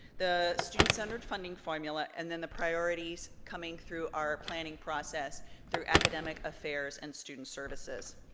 the student centered funding formula and then the priorities coming through our planning process through academic affairs and student services.